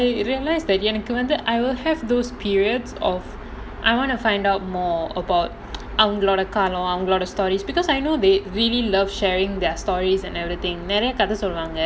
because I realise that எனக்கு வந்து:enakku vandhu I will have those periods of I want to find out more about அவங்களோட:avangaloda stories because I know they really love sharing their stories and everything நெறய கத சொல்வாங்க:neraya katha solvaanga